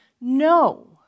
no